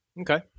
Okay